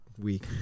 week